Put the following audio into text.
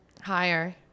higher